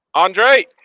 Andre